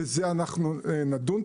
בזה אנחנו נדון,